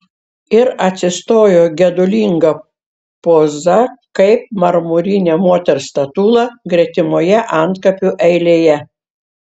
ir atsistojo gedulinga poza kaip marmurinė moters statula gretimoje antkapių eilėje